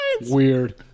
Weird